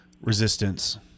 resistance